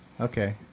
Okay